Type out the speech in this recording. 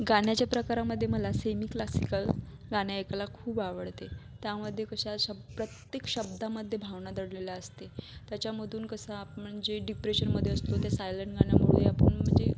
गाण्याच्या प्रकारामध्ये मला सेमि क्लासिकल गाणे ऐकायला खूप आवडते त्यामध्ये कशा श प्रत्येक शब्दामध्ये भावना दडलेल्या असते त्याच्यामधून कसा म्हणजे डिप्रेशनमध्ये असतो त्या सायलेंट गाणं मळूया आपण म्हणजे